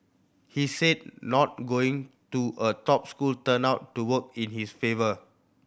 he said not going to a top school turned out to work in his favour